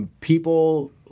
People